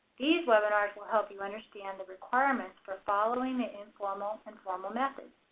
these webinars will help you understand the requirements for following the informal and formal methods.